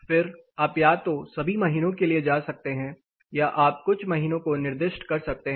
फिर आप या तो सभी महीनों के लिए जा सकते हैं या आप कुछ महीनों को निर्दिष्ट कर सकते हैं